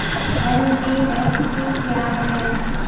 NBFC क्या है?